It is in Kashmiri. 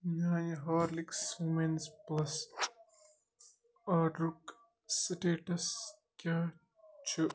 میٛانہِ ہارلِکس وُمیٚنٕز پٕلس آرڈرُک سٹیٹس کیٚاہ چھُ